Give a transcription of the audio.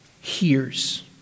hears